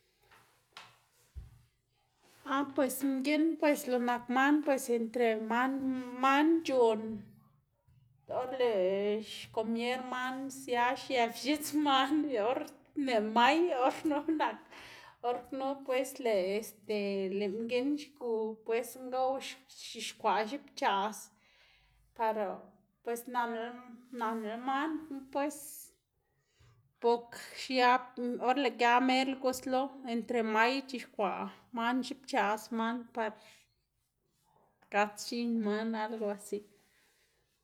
ah pues mginn pues lo nak man pues entre man man c̲h̲on or lëꞌ xkomier man sia xiëp x̱its man y or mëꞌ may or knu nak, or knu pues lëꞌ este lëꞌ mginn xgu pues ngow c̲h̲ixkwaꞌ xipchaꞌs par pues nanl nanla manu pues bok xiab or lëꞌ gia merla guslo entre may c̲h̲ixkwaꞌ man xipchaꞌs man par gats x̱in man algo asi.